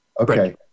okay